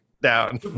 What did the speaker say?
down